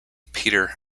peter